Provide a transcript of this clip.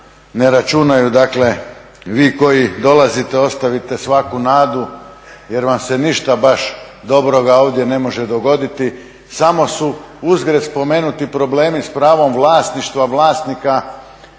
ne računaju, dakle vi koji dolazite ostavite svaku nadu jer vam se ništa baš dobroga ovdje ne može dogoditi. Samo su uzgred spomenuti problemi s pravom vlasništva vlasnika